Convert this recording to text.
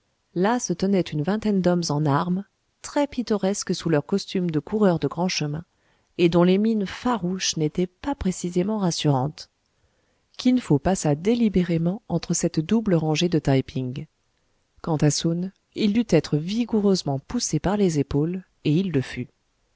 là se tenaient une vingtaine d'hommes en armes très pittoresques sous leur costume de coureurs de grands chemins et dont les mines farouches n'étaient pas précisément rassurantes kin fo passa délibérément entre cette double rangée de taï pin quant à soun il dut être vigoureusement poussé par les épaules et il le fut